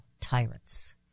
tyrants